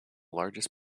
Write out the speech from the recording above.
largest